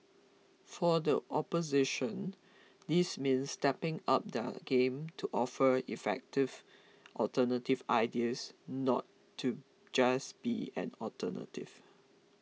for the opposition this means stepping up their game to offer effective alternative ideas not to just be an alternative